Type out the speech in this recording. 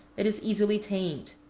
it is easily tamed.